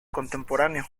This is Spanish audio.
contemporáneo